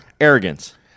Arrogance